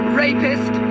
rapist